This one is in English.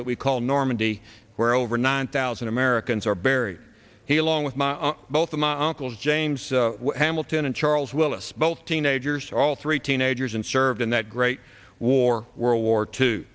that we call normandy where over nine thousand americans are buried he along with my both of my uncles james hamilton and charles willis both teenagers all three teenagers and served in that great war world war two